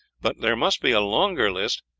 but there must be a longer list,